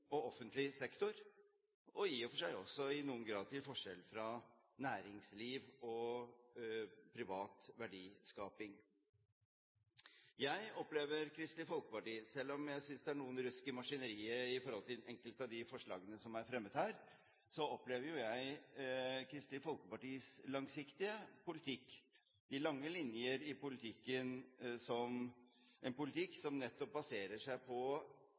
og offentlig sektor, og i og for seg også i noen grad til forskjell fra næringsliv og privat verdiskaping. Selv om jeg synes det er noe rusk i maskineriet når det gjelder enkelte av de forslagene som er fremmet her, opplever jeg Kristelig Folkepartis langsiktige politikk, de lange linjer i politikken, som en politikk som nettopp baserer seg på